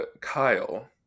Kyle